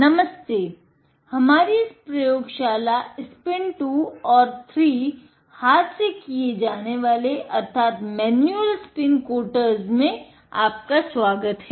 नमस्ते और हमारी इस प्रयोगशाला स्पिन 2 और 3 हाथ से किये जाने वाले अर्थात मेन्युअल स्पिन कोटर्स में आपका स्वागत है